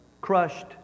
crushed